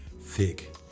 thick